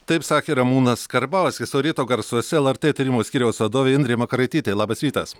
taip sakė ramūnas karbauskis o ryto garsuose lrt tyrimų skyriaus vadovė indrė makaraitytė labas rytas